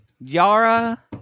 Yara